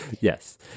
Yes